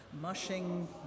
mushing